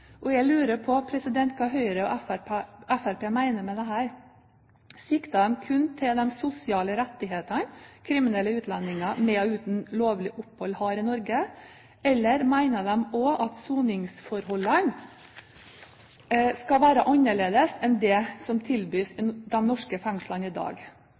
kriminalitet. Jeg lurer på hva Høyre og Fremskrittspartiet mener med dette. Sikter de kun til de sosiale rettighetene kriminelle utlendinger med og uten lovlig opphold har i Norge, eller mener de også at soningsforholdene skal være annerledes enn det som tilbys i de norske fengslene i dag?